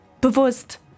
bewusst